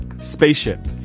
Spaceship